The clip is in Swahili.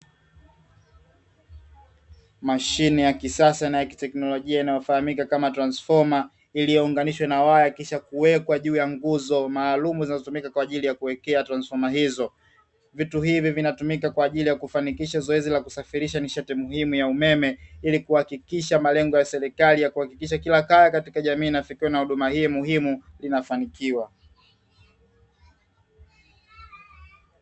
Mashine ya kisasa na teknolojia inayofahamika kama transfoma, iliyounganishwa na waya kisha kuwekwa juu ya nguzo maalumu zinazotumika kwa ajili ya kuwekea transifoma hizo, vitu hivi vinatumika kwa ajili ya kufanikisha zoezi la kusafirisha ni shekhe muhimu ya umeme ili kuhakikisha malengo ya serikali ya kuhakikisha kila kaya katika jamii na huduma hii muhimu inafanikiwa.